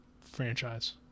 franchise